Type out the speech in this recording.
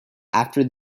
after